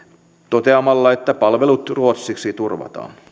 toteamalla että palvelut ruotsiksi turvataan